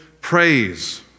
praise